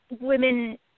women